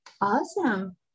Awesome